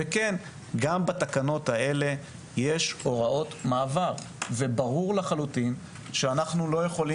גם בתקנות האלה יש הוראות מעבר וברור לחלוטין שאנחנו לא יכולים